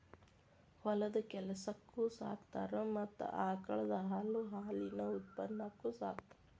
ಹೊಲದ ಕೆಲಸಕ್ಕು ಸಾಕತಾರ ಮತ್ತ ಆಕಳದ ಹಾಲು ಹಾಲಿನ ಉತ್ಪನ್ನಕ್ಕು ಸಾಕತಾರ